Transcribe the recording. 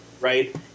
Right